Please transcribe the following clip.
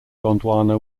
gondwana